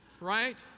right